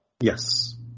Yes